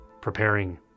preparing